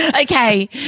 Okay